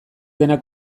dena